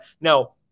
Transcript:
Now